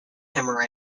timor